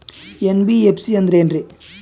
NBFC ಅಂದ್ರ ಏನ್ರೀ?